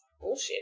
bullshit